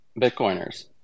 Bitcoiners